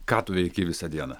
ką tu veiki visą dieną